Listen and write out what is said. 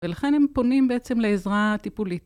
ולכן הם פונים בעצם לעזרה טיפולית.